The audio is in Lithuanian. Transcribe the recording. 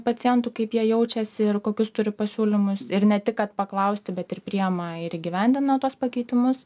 pacientų kaip jie jaučiasi ir kokius turi pasiūlymus ir ne tik kad paklausti bet ir priema ir įgyvendina tuos pakeitimus